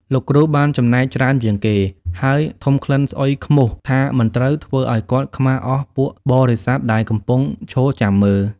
លោកគ្រូបានចំណែកច្រើនជាងគេ ហើយធុំក្លិនស្អុយខ្មោះថាមិនត្រូវ ធ្វើឲ្យគាត់ខ្មាសអស់ពួកបរិស័ទដែលកំពុងឈរចាំមើល។